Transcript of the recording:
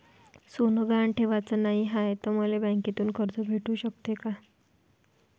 सोनं गहान ठेवाच नाही हाय, त मले बँकेतून कर्ज भेटू शकते का?